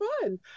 fun